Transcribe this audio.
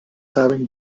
having